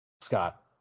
Scott